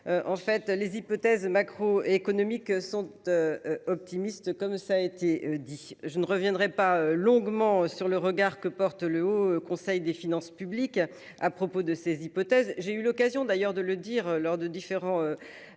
En fait les hypothèses macro-économiques sont. Optimistes comme ça a été dit, je ne reviendrai pas longuement sur le regard que porte le Haut conseil des finances publiques. À propos de ces hypothèses. J'ai eu l'occasion d'ailleurs de le dire lors de différents.